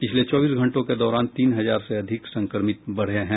पिछले चौबीस घंटों के दौरान तीन हजार से अधिक संक्रमित बढे हैं